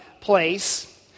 place